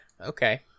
okay